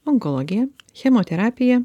onkologiją chemoterapiją